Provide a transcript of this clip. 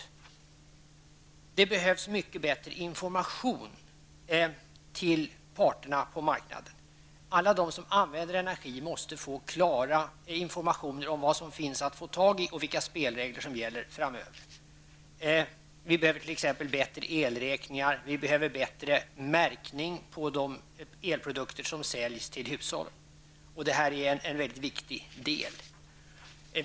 För det andra behövs det bättre information till parterna på marknaden. Alla som använder energi måste få klara informationer om vad som finns att få tag i och vilka spelregler som gäller framöver. Det behövs t.ex. bättre elräkningar. Bättre märkning på de elprodukter som säljs till hushållen är också en mycket viktig sak.